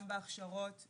גם בהכשרות.